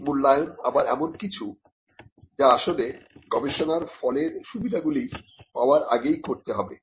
এই মূল্যায়ন আবার এমন কিছু যা আসলে গবেষণার ফলের সুবিধাগুলি পাওয়ার আগেই করতে হবে